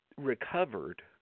recovered